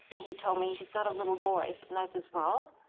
he told me, she's got a little boy. and i said, well,